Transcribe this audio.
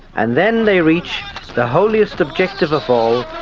and then they reach the holiest objective of all,